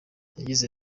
yagize